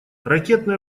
ракетные